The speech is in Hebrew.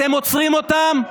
אתם עוצרים אותם,